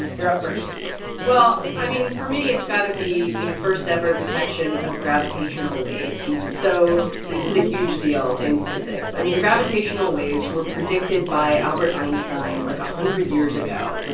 you're up first well, i mean, for me, it's got to be the first-ever detection of gravitational waves. so this is a huge deal in physics. i mean, gravitational waves were predicted by albert einstein, like, one hundred years ago.